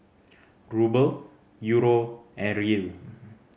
Ruble Euro and Riel